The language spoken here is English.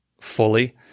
fully